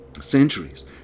centuries